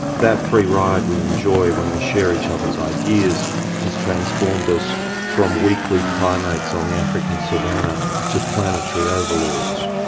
that free ride we enjoy when we share each others' ideas has transformed us from weakly primates on the african savannah to planetary overlords.